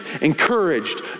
encouraged